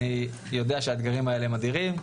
אני יודע שהאתגרים האלה הם אדירים,